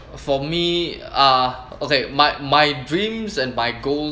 for me uh okay my my dreams and my goals